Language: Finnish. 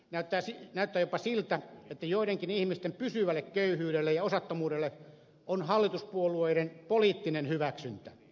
näyttää jopa siltä että joidenkin ihmisten pysyvälle köyhyydelle ja osattomuudelle on hallituspuolueiden poliittinen hyväksyntä